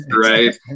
right